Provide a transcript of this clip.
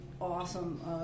awesome